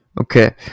Okay